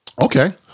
Okay